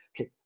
Okay